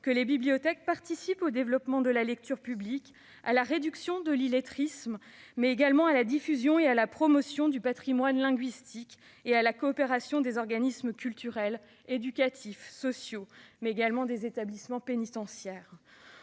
que les bibliothèques participent au développement de la lecture publique, à la réduction de l'illettrisme, à la diffusion et à la promotion du patrimoine linguistique, et à la coopération des organismes culturels, éducatifs, sociaux, mais également des établissements pénitentiaires.